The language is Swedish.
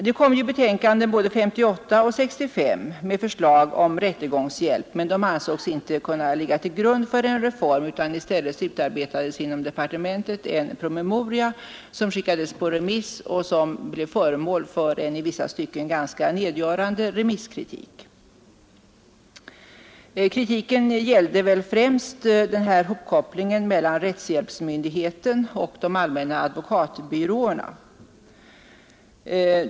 Det kom ju betänkanden med förslag om rättegångshjälp både 1958 och 1965, men de ansågs inte kunna ligga till grund för en reform, utan i stället utarbetades inom departementet en promemoria, som skickades på remiss och som blev föremål för en i vissa stycken ganska nedgörande remisskritik. Kritiken gällde väl främst hopkopplingen mellan rättshjälpsmyndigheten och de allmänna advokatbyråerna.